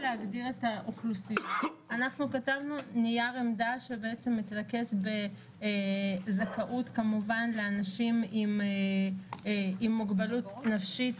אנחנו כתבנו נייר עמדה שמתרכז בזכאות לאנשים עם מוגבלות נפשית,